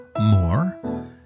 more